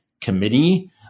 committee